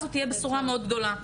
זו תהיה בשורה מאוד גדולה.